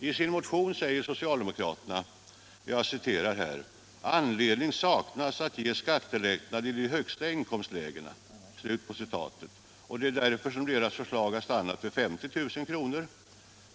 I sin motion säger socialdemokraterna: ”Anledning saknas emellertid att ge skattelättnad i de högsta inkomstlägena.” Det är därför som deras förslag har stannat vid 50 000 kronors inkomst.